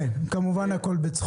כמובן, הכול בהומור.